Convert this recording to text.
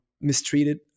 mistreated